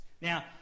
Now